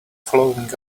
following